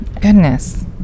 Goodness